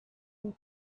you